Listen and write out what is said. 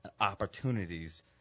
opportunities